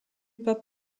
pas